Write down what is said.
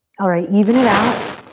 alright, even it out.